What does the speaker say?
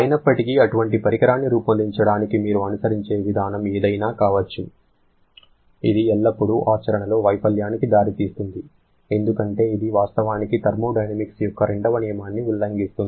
అయినప్పటికీ అటువంటి పరికరాన్ని రూపొందించడానికి మీరు అనుసరించే విధానం ఏదైనా కావచ్చు ఇది ఎల్లప్పుడూ ఆచరణలో వైఫల్యానికి దారి తీస్తుంది ఎందుకంటే ఇది వాస్తవానికి థర్మోడైనమిక్స్ యొక్క రెండవ నియమాన్ని ఉల్లంఘిస్తుంది